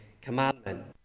Commandment